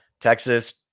Texas